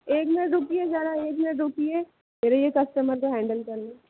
एक मिनट रुकिए ज़रा एक मिनट रुकिए मेरे ये कस्टमर को हैंडल कर लूँ